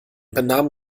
benahmen